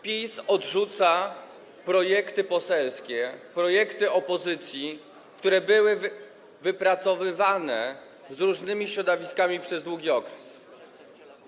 PiS odrzuca projekty poselskie, projekty opozycji, które były wypracowywane z różnymi środowiskami przez długi okres.